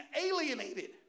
alienated